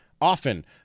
Often